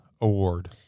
award